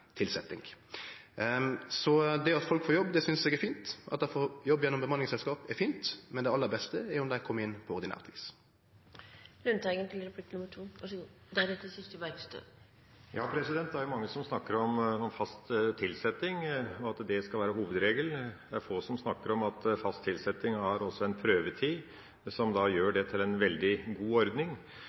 tilsetting. Så det at folk får jobb, det synest eg er fint. At dei får jobb gjennom bemanningsselskap er fint, men det aller beste er om dei kjem inn på ordinært vis. Det er mange som snakker om fast tilsetting, og at det skal være hovedregelen. Det er få som snakker om at en ved fast tilsetting har også en prøvetid, som gjør det til en veldig god ordning.